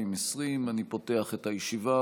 2020. אני פותח את הישיבה.